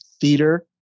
theater